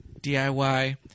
DIY